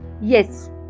Yes